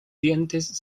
dientes